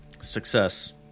success